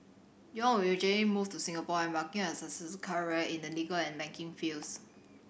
Yong would eventually move to Singapore embarking on a successful career in the legal and banking fields